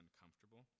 uncomfortable